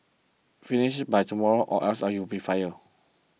finish this by tomorrow or else you'll be fired